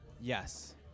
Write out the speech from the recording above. Yes